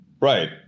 Right